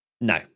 No